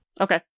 Okay